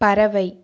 பறவை